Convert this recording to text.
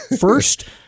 First